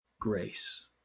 grace